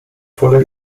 voller